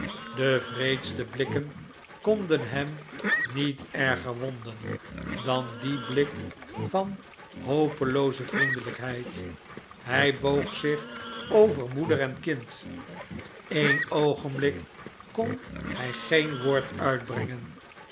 de wreedste blikken konden hem niet erger wonden dan die blik van hopelooze vriendelijkheid hij boog zich over moeder en kind een oogenblik kon hij geen woord uitbrengen